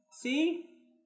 See